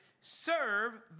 Serve